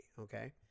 Okay